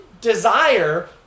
desire